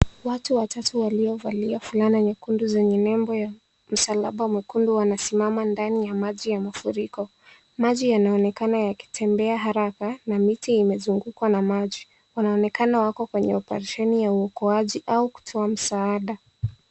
Watu watatu waliovalia fulana nyekundu zenye nembo ya Msalaba Mwekundu wanasimama ndani ya maji ya mafuriko. Maji yanaonekana yakitembea haraka na miti imezungukwa na maji. Wanaonekana wako kwenye operesheni ya uokoaji au kutoa msaada.